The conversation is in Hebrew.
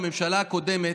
הממשלה הקודמת,